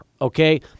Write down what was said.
okay